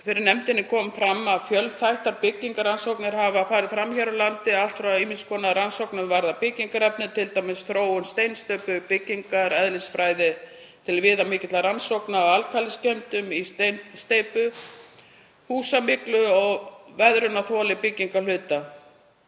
fyrir nefndinni kom fram að fjölþættar byggingarrannsóknir hafa farið fram hér á landi, allt frá ýmiss konar rannsóknum sem varða byggingarefni, t.d. þróun steinsteypu, og byggingareðlisfræði til viðamikilla rannsókna á alkalískemmdum í steinsteypu, húsamyglu og veðrunarþoli byggingarhluta.